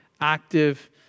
active